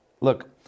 look